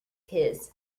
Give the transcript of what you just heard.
his